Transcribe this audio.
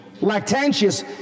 Lactantius